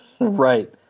right